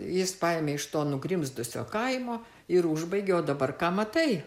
jis paėmė iš to nugrimzdusio kaimo ir užbaigė o dabar ką matai